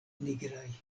nigraj